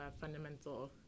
fundamental